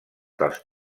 dels